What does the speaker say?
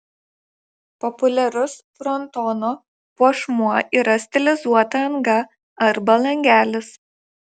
populiarus frontono puošmuo yra stilizuota anga arba langelis